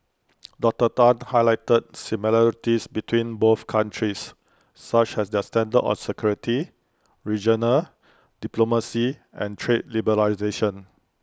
Doctor Tan highlighted similarities between both countries such as their stand on security regional diplomacy and trade liberalisation